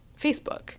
Facebook